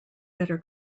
better